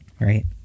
right